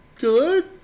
Good